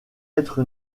être